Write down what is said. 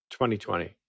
2020